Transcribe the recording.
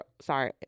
sorry